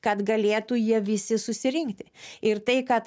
kad galėtų jie visi susirinkti ir tai kad